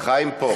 חיים פה.